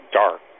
dark